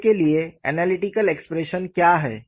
K के लिए analytical expression क्या है